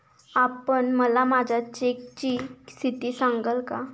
आपण मला माझ्या चेकची स्थिती सांगाल का?